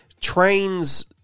trains